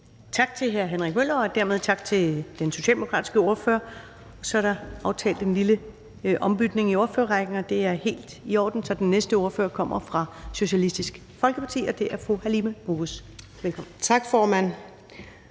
Tak til hr. Henrik Møller, og dermed er det et tak til den socialdemokratiske ordfører. Så er der aftalt en lille ombytning i ordførerrækken, og det er helt i orden, så den næste ordfører kommer fra Socialistisk Folkeparti, og det er fru Halime Oguz. Velkommen. Kl.